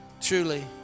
truly